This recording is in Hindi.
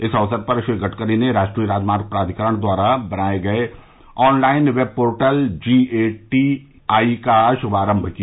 इस अवसर पर श्री गडकरी ने राष्ट्रीय राजमार्ग प्राधिकरण द्वारा बनाए गए online web portal G A T I का शुभारंभ किया